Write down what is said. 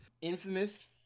Infamous